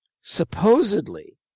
supposedly